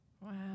Wow